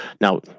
Now